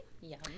Yum